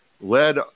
led